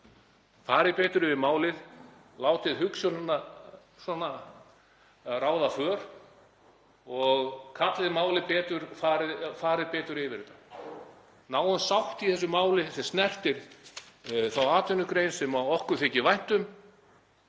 Farið betur yfir málið, látið hugsjónina svona ráða för og farið betur yfir þetta. Náum sátt í þessu máli sem snertir þá atvinnugrein sem okkur þykir vænt um,